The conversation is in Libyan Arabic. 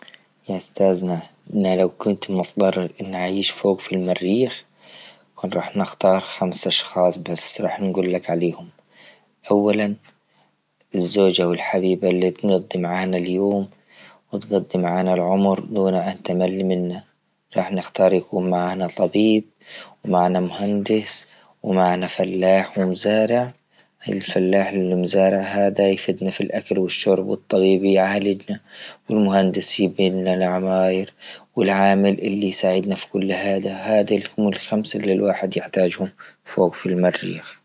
يا أستاذنا أنا لو كنت مضطر أني أعيش فوق في المريخ كنت راح أختار خمسة أشخاص نقلك عليهم، أولا الزوجة والحبيبة اللي تندي معاه اليوم وتقضي معنا العمر بلا ما تمل منها، راح نختار يكون معنا طبيب ومعنا مهندس ومعنا فلاح ومزارع الفلاح المزارع هذا يفيدنا في الأكل وشرب، والطبيب يعتلقتا والمهندس يبنيلنا العماير والعامل اللي يساعدنا في كل هذه هذه هم خمسة اللي لواحد يحتاجهم فوق في المريخ.